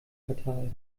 quartal